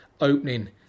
opening